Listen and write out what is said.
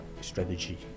strategy